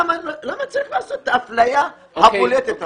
למה צריך לעשות את האפליה הבולטת הזאת?